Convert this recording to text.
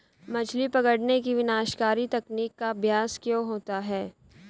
मछली पकड़ने की विनाशकारी तकनीक का अभ्यास क्यों होता है?